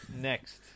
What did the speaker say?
Next